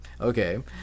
Okay